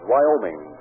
Wyoming